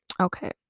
okay